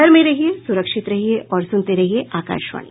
घर में रहिये सुरक्षित रहिये और सुनते रहिये आकाशवाणी